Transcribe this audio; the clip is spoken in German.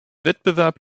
wettbewerb